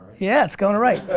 yeah, it's goin' right.